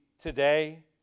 today